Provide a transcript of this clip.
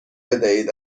بدهید